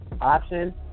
option